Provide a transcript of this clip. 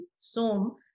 Zoom